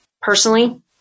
personally